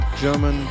German